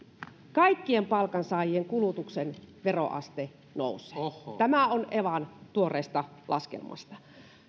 kaikkien palkansaajien kulutuksen veroaste nousee tämä on evan tuoreesta laskelmasta